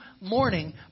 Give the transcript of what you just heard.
morning